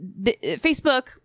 facebook